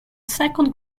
second